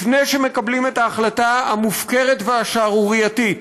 לפני שמקבלים את ההחלטה המופקרת והשערורייתית